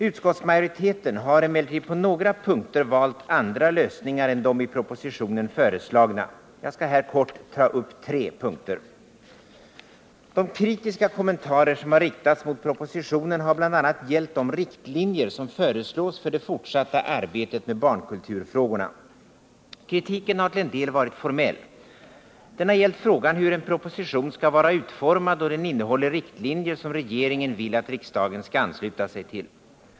Utskottsmajoriteten har emellertid på några punkter valt andra lösningar än de i propositionen föreslagna. Jag skall här kort ta upp tre punkter. De kritiska kommentarer som har riktats mot propositionen har bl.a. gällt de riktlinjer som föreslås för det fortsatta arbetet med barnkulturfrågorna. Kritiken har till en del varit formell. Den har gällt frågan hur en proposition skall vara utformad då den innehåller riktlinjer som regeringen vill att riksdagen skall ansluta sig till.